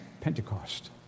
Pentecost